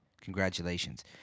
congratulations